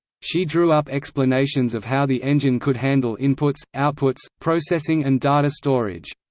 she drew up explanations of how the engine could handle inputs, outputs, processing and data storage.